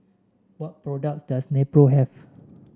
what products does Nepro have